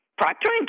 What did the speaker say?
Procter &